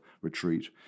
retreat